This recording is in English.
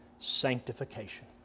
sanctification